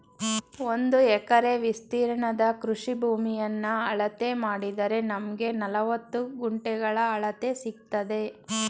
ಒಂದು ಎಕರೆ ವಿಸ್ತೀರ್ಣದ ಕೃಷಿ ಭೂಮಿಯನ್ನ ಅಳತೆ ಮಾಡಿದರೆ ನಮ್ಗೆ ನಲವತ್ತು ಗುಂಟೆಗಳ ಅಳತೆ ಸಿಕ್ತದೆ